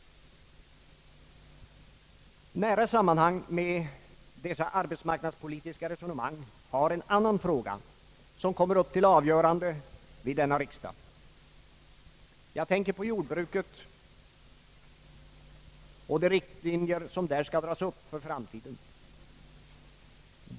Nära sammanhang med dessa arbetsmarknadspolitiska resonemang har en annan fråga som kommer upp till avgörande vid denna riksdag. Jag tänker på jordbruket och de riktlinjer som där skall dras upp för framtiden.